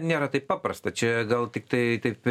nėra taip paprasta čia gal tiktai taip